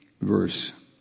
verse